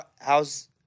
how's